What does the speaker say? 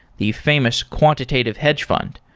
the famous quantitative hedge fund.